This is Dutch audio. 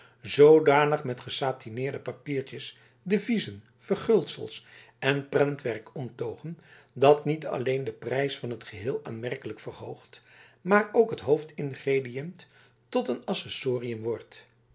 zoodanig met gesatineerde papiertjes deviezen verguldsel en prentwerk omtogen dat niet alleen de prijs van het geheel aanmerkelijk verhoogd maar ook het hoofdingrediënt tot een accessorium wordt